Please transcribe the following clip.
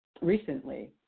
recently